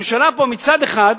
הממשלה פה מצד אחד פוגעת,